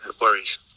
worries